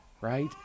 right